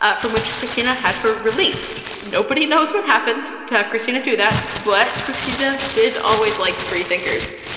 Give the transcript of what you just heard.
ah from which kristina had her released. nobody knows what happened to have kristina do that, but kristina did always like free thinkers.